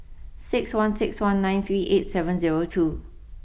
six one six one nine three eight seven zero two